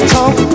Talk